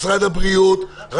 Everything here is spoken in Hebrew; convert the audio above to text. משרד הבריאות,